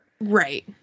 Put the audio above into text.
right